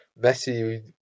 Messi